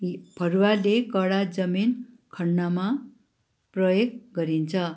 फरुवाले कडा जमिन खन्नमा प्रयोग गरिन्छ